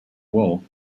wolf